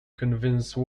convince